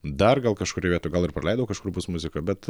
dar gal kažkurioj vietoj gal ir praleidau kažkur bus muzika bet